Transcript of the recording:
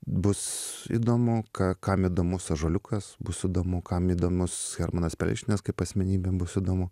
bus įdomu ką kam įdomus ąžuoliukas bus įdomu kam įdomus hermanas perelšteinas kaip asmenybė bus įdomu